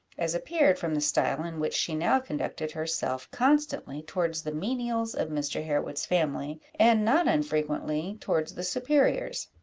as appeared from the style in which she now conducted herself constantly towards the menials of mr. harewood's family, and not unfrequently towards the superiors.